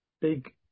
big